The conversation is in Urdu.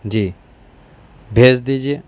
جی بھیج دیجیے